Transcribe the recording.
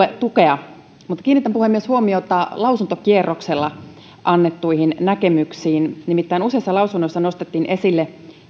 tukea mutta kiinnitän puhemies huomiota lausuntokierroksella annettuihin näkemyksiin nimittäin useissa lausunnoissa nostettiin esille